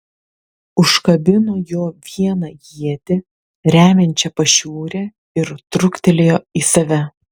užkabino juo vieną ietį remiančią pašiūrę ir truktelėjo į save